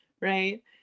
right